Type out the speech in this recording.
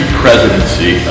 presidency